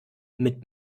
mit